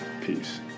Peace